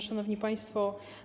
Szanowni Państwo!